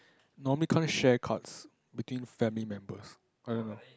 normally can't share cards between family members I don't know